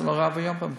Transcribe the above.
זה נורא ואיום במדינה.